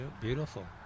beautiful